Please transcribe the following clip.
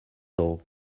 all